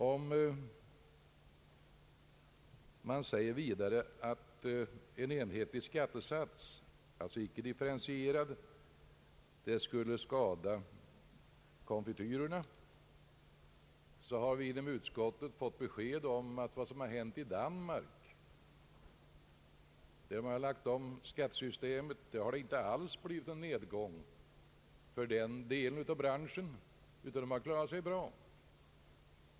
Det anförs vidare att en enhetlig skattesats — dvs. icke differentierad — skulle skada konfektyrindustrin. Vi inom utskottet har emellertid från Danmark, där man lagt om skattesystemet inom denna bransch, fått veta att den inte alls upplevt någon nedgång utan tvärtom klarat sig bra.